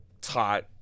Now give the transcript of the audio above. taught